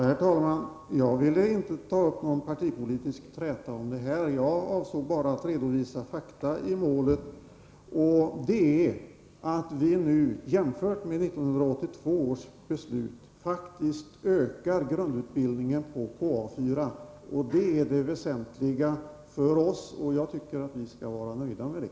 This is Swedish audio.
Herr talman! Jag vill inte ta upp någon partipolitisk träta om det här. Jag avsåg bara att redovisa fakta i målet, och det är att vi nu, jämfört med 1982 års beslut, faktiskt ökar grundutbildningen på KA 4. Detta är det väsentliga för oss. Jag tycker att vi skall vara nöjda med det.